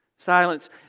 Silence